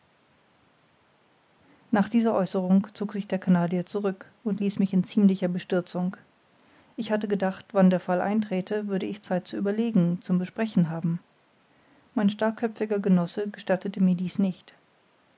nach dieser aeußerung zog sich der canadier zurück und ließ mich in ziemlicher bestürzung ich hatte gedacht wann der fall einträte würde ich zeit zu überlegen zum besprechen haben mein starrköpfiger genosse gestattete mir dies nicht